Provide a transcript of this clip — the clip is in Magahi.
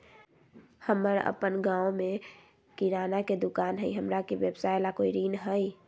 हमर अपन गांव में किराना के दुकान हई, हमरा के व्यवसाय ला कोई ऋण हई?